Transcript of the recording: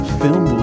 film